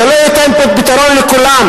זה לא ייתן פתרון לכולם,